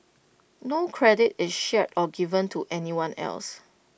no credit is shared or given to anyone else